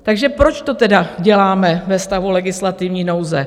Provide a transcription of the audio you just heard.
Takže proč to tedy děláme ve stavu legislativní nouze?